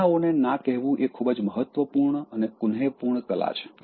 સૂચનાઓને ના કહેવું એ ખૂબ જ મહત્વપૂર્ણ અને કુનેહપૂર્ણ કલા છે